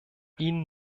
ihnen